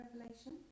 Revelation